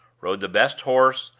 rode the best horse,